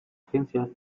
agencia